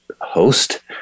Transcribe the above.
host